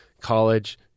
college